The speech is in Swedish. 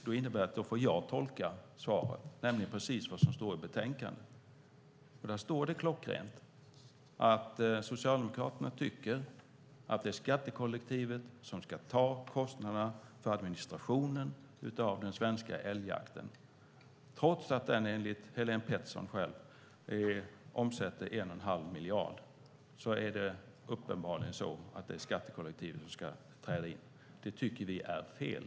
Det innebär att jag får tolka svaret, nämligen precis det som står i betänkandet. Där står det klockrent att Socialdemokraterna tycker att det är skattekollektivet som ska ta kostnaderna för administrationen av den svenska älgjakten. Trots att den enligt Helén Pettersson själv omsätter 1 1⁄2 miljard är det uppenbarligen så att det är skattekollektivet som ska träda in. Det tycker vi är fel.